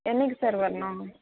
என்றைக்கி சார் வரணும்